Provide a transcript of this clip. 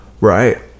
Right